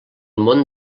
món